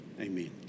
Amen